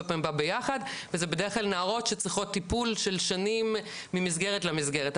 פעמים בא ביחד וזה בדרך כלל נערות שצריכות טיפול של שנים ממסגרת למסגרת,